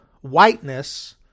whiteness